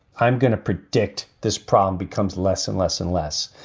i'm going to predict this problem becomes less and less and less.